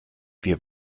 wir